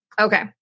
Okay